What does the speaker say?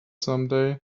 someday